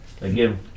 again